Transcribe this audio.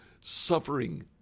suffering